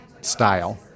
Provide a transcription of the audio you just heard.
style